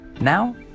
Now